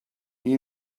you